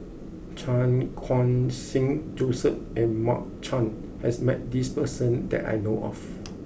Chan Khun Sing Joseph and Mark Chan has met this person that I know of